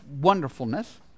wonderfulness